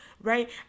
right